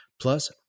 Plus